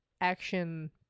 action